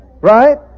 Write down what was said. Right